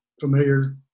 familiar